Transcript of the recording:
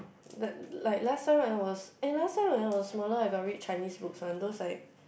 the like last time I was eh last time when I was smaller I got read Chinese books one those like